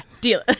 deal